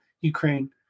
Ukraine